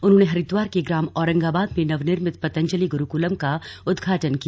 उन्होंने हरिद्वार के ग्राम औरंगाबाद में नवनिर्मित पतंजलि गुरुकुलम का उद्घाटन किया